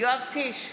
יואב קיש,